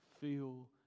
feel